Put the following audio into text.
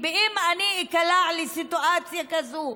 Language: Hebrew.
אם אני איקלע לסיטואציה כזאת,